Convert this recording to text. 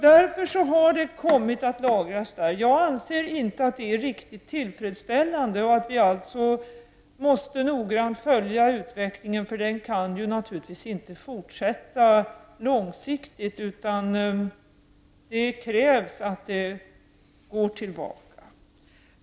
Därför har uranet kommit att lagras här. Jag anser inte att det är riktigt tillfredsställande. Vi måste alltså noggrant följa utvecklingen, för detta kan naturligtvis inte fortsätta långsiktigt. Det krävs att uranet går tillbaka.